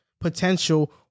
potential